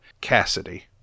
Cassidy